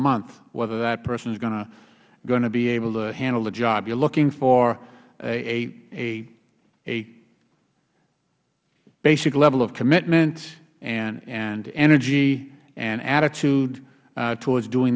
month whether that person is going to be able to handle the job you are looking for a basic level of commitment and energy and attitude towards doing